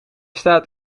staat